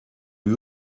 lui